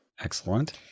Excellent